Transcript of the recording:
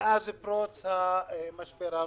מאז פרוץ המשבר הנוכחי.